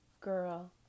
girl